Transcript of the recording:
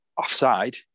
offside